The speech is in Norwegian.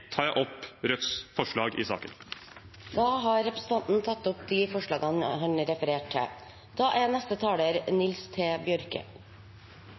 tar jeg opp Rødts forslag i saken. Representanten Bjørnar Moxnes har tatt opp de forslagene han refererte til. Det er